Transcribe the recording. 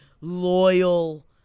loyal